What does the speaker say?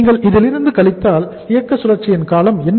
நீங்கள் இதிலிருந்து கழித்தால் இயக்க சுழற்சியின் காலம் 80